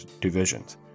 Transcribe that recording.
divisions